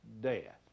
death